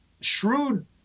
shrewd